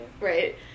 right